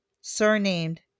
surnamed